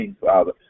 Father